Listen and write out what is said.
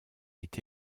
est